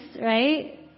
right